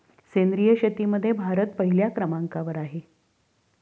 सेंद्रिय शेतीमध्ये भारत पहिल्या क्रमांकावर आहे